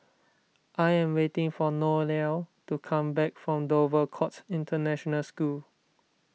I am waiting for Noelia to come back from Dover Court International School